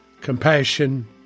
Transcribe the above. Compassion